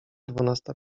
dwunasta